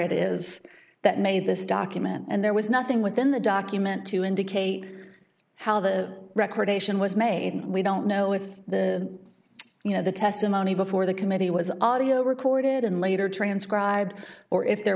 it is that made this document and there was nothing within the document to indicate how the recreation was made we don't know if the you know the testimony before the committee was audio recorded and later transcribed or if there